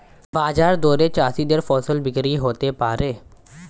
বাজার দরে চাষীদের ফসল বিক্রি হতে পারে